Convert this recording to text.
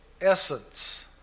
essence